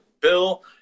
Bill